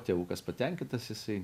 tėvukas patenkintas jisai